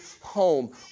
home